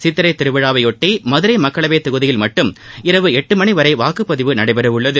சித்திரைத் திருவிழாவையொட்டி மதுரை மக்களவைத் தொகுதியில் மட்டும் இரவு எட்டு மணி வரை வாக்குப்பதிவு நடைபெறவுள்ளது